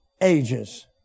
ages